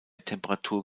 temperatur